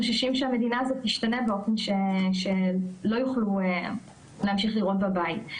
חוששים שהמדינה הזאת תשתנה באופן שלא יוכלו להמשיך לראות בה בית.